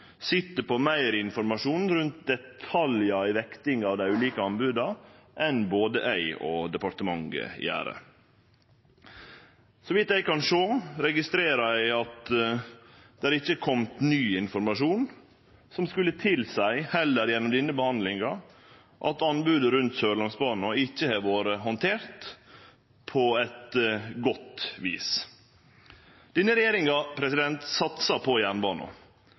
sit på meir informasjon rundt detaljar i vektinga av dei ulike anboda, enn både eg og departementet gjer. Så vidt eg kan sjå, registrerer eg at det ikkje er kome ny informasjon som skulle tilseie – heller ikkje gjennom denne behandlinga – at anbodet rundt Sørlandsbanen ikkje har vore handtert på eit godt vis. Denne regjeringa satsar på